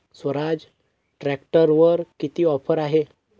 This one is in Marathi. स्वराज ट्रॅक्टरवर किती ऑफर आहे?